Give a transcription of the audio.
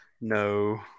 No